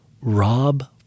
Rob